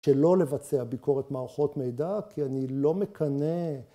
‫שלא לבצע ביקורת מערכות מידע, ‫כי אני לא מקנה...